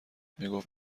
میگفت